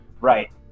right